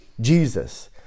Jesus